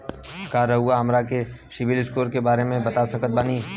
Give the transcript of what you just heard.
का रउआ हमरा के सिबिल स्कोर के बारे में बता सकत बानी?